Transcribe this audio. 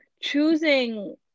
choosing